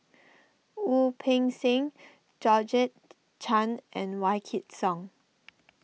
Wu Peng Seng Georgette Chen and Wykidd Song